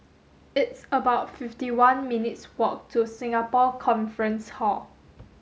it's about fifty one minutes' walk to Singapore Conference Hall